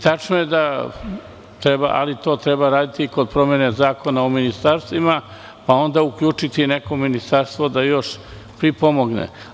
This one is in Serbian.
Tačno je da to treba urediti, ali, to treba raditi kod promene Zakona o ministarstvima, pa onda uključiti još neko ministarstvo da pripomogne.